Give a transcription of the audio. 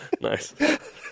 Nice